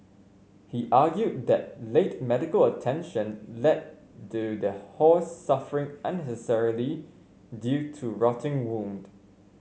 he argued that late medical attention led to the horse suffering unnecessarily due to rotting wound